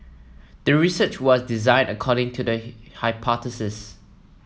the research was designed according to the hypothesis